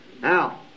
Now